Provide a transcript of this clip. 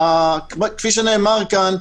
כפי שנאמר כאן,